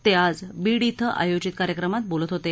ते आज बीड इथं आयोजित कार्यक्रमात ते बोलत होते